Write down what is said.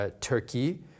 Turkey